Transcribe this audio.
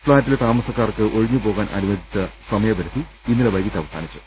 ഫ്ളാറ്റിലെ താമസക്കാർക്ക് ഒഴിഞ്ഞുപോകാൻ അനുവദിച്ച സമ യപരിധി ഇന്നലെ വൈകീട്ട് അവസാനിച്ചു